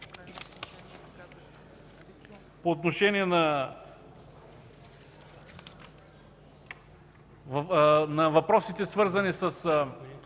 По отношение на въпросите, свързани с